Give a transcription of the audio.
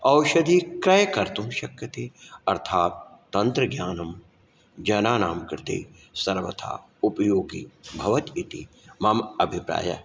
ओषधिं के कर्तुं शक्यते अर्थात् तन्त्रज्ञानं जनानां कृते सर्वथा उपयोगी भवति इति मम अभिप्रायः